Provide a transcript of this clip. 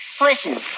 Listen